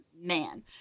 man